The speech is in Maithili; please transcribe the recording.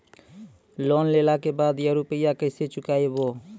लोन लेला के बाद या रुपिया केसे चुकायाबो?